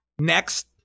Next